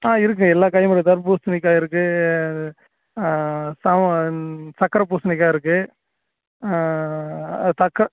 ஆ இருக்குது எல்லா காயும் இருக்குது தர்பூசணிக்காய் இருக்குது சா சக்கரை பூசணிக்காய் இருக்குது தக்கா